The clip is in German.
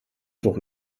doch